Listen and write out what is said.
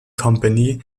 company